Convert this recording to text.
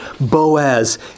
Boaz